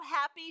happy